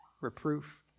reproof